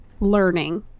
learning